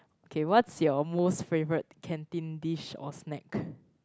okay what's your most favourite canteen dish or snack